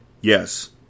Yes